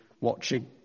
watching